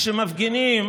כשמפגינים